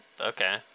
okay